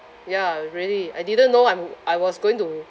ya really I didn't know I'm I was going to